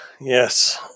Yes